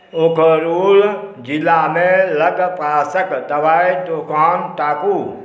उखरुल जिलामे लगपासक दवाइ दोकान ताकू